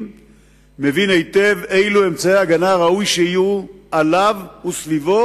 עליו מבין היטב אילו אמצעי הגנה ראוי שיהיו עליו וסביבו